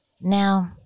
Now